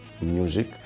music